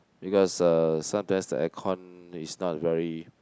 because uh sometimes the aircon is not very